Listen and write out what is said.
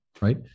right